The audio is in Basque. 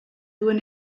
duen